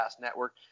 Network